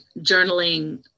journaling